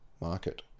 market